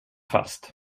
fast